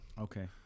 Okay